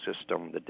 system